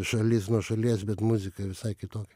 šalis nuo šalies bet muzika visai kitokia